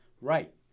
Right